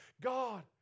God